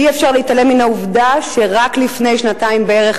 אי-אפשר להתעלם מן העובדה שרק לפני שנתיים בערך,